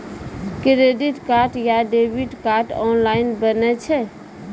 Credit card या debit card online बनै छै?